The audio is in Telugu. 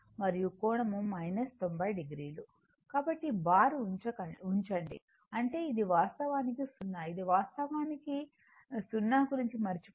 కాబట్టి బార్ ఉంచండి అంటే ఇది వాస్తవానికి 0 ఇది వాస్తవానికి 0 గురించి మరచిపొండి